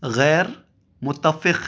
غیر متفق